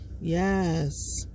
Yes